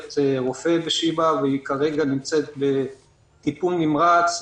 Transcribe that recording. רופא בשיבא והיא כרגע נמצאת בטיפול נמרץ,